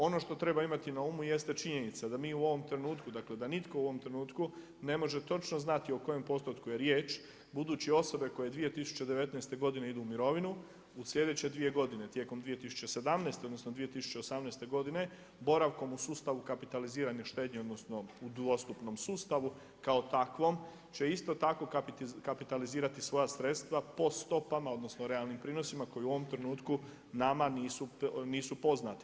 Ono što treba imati na umu jeste činjenica da mi u ovom trenutku, dakle da nitko u ovom trenutku ne može točno znati o kojem postotku je riječ, budući osobe koje 2019. godine idu u mirovinu u sljedeće 2 godine tijekom 2017., odnosno 2018. godine boravkom u sustavu kapitalizirane štednje odnosno u dvostupnom sustavu kao takvom će isto tako kapitalizirati svoja sredstva po stopama, odnosno realnim prinosima koji u ovom trenutku nama nisu poznati.